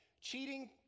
Cheating